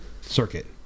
circuit